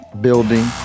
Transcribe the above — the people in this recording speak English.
Building